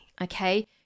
okay